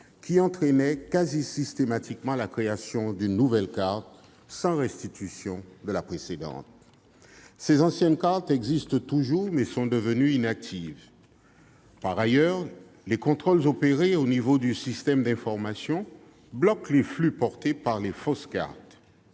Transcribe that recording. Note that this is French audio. qui entraînait presque systématiquement la création d'une nouvelle carte, sans restitution de la précédente. Ces anciennes cartes existent toujours, mais sont devenues inactives. Par ailleurs, les contrôles effectués dans le système d'information bloquent les flux portés par les fausses cartes.